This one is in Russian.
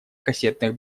кассетных